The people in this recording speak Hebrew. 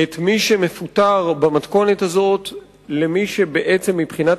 את מי שמפוטר במתכונת הזו למי שמבחינת